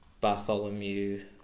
bartholomew